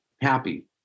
happy